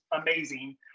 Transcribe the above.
amazing